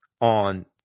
on